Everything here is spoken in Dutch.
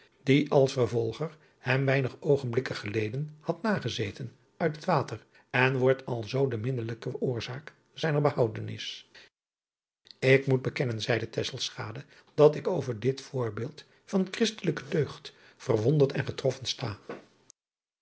die als vervolger hem weinig oogenblikken geleden had nagezeten uit het water en wordt alzoo de middelijke oorzaak zijner behoudenis k moet bekennen zeide dat ik over dit voorbeeld van christelijke deugd verwonderd en getroffen sta